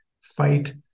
fight